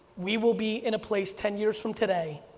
we will be in a place ten years from today,